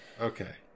okay